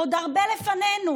עוד הרבה לפנינו.